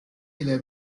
ile